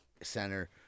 center